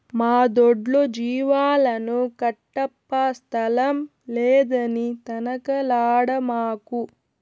మా దొడ్లో జీవాలను కట్టప్పా స్థలం లేదని తనకలాడమాకు